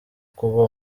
kuba